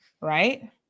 right